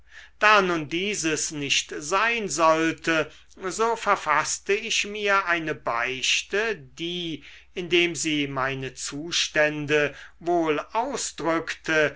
da nun dieses nicht sein sollte so verfaßte ich mir eine beichte die indem sie meine zustände wohl ausdrückte